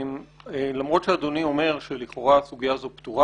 למרות שאדוני אומר שלכאורה הסוגיה הזו פתורה